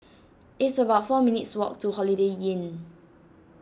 it's about four minutes' walk to Holiday Inn